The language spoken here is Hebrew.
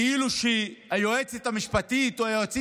כאילו שהיועצת המשפטית או יועצים